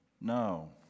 No